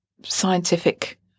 scientific